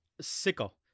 Sickle